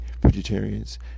vegetarians